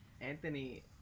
Anthony